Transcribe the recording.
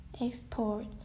Export